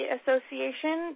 Association